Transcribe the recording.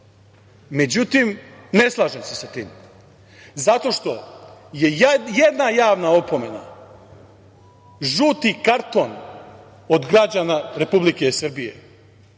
Međutim, ne slažem se sa tim zato što je jedna javna opomena žuti karton od građana Republike Srbije